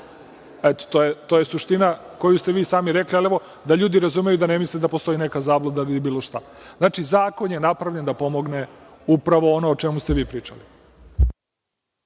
Eto, to je suština koju ste vi sami rekli. Ali, evo, ljudi da razumeju da ne misle da postoji neka zabluda ili bilo šta. Znači, zakon je napravljen da pomogne upravo ono o čemu ste vi pričali.